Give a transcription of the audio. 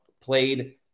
played